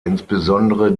insbesondere